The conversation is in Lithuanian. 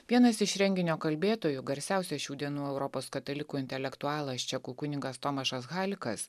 vienas iš renginio kalbėtojų garsiausias šių dienų europos katalikų intelektualas čekų kunigas tomašas halikas